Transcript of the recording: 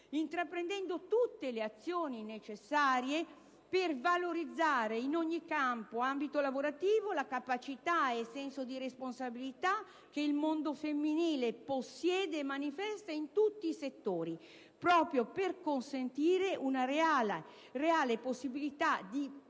intraprendendo tutte le azioni necessarie per valorizzare in ogni campo e ambito lavorativo la capacità ed il senso di responsabilità che il mondo femminile possiede e manifesta in tutti i settori, proprio per consentire una reale possibilità di